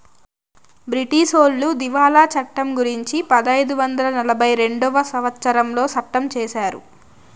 బ్రిటీసోళ్లు దివాళా చట్టం గురుంచి పదైదు వందల నలభై రెండవ సంవచ్చరంలో సట్టం చేశారు